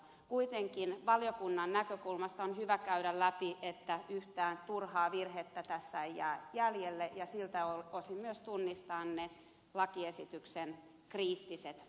kuitenkin valiokunnan näkökulmasta on hyvä käydä läpi että yhtään turhaa virhettä tässä ei jää jäljelle ja siltä osin myös tunnistaa ne lakiesityksen kriittiset paikat